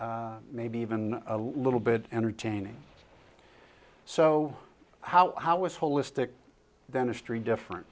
maybe even a little bit entertaining so how how is holistic dentistry different